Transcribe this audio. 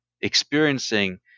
experiencing